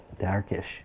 darkish